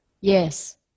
Yes